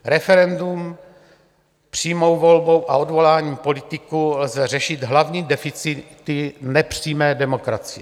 Referendem, přímou volbou a odvoláním politiků lze řešit hlavní deficity nepřímé demokracie.